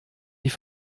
die